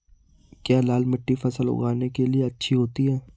क्या लाल मिट्टी फसल उगाने के लिए अच्छी होती है?